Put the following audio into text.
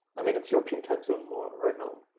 i mean, it's your pintime zone more right now.